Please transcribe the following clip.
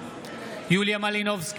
יוליה מלינובסקי,